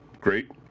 great